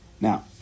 Now